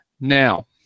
Now